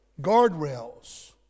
Guardrails